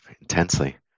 intensely